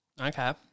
Okay